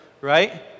right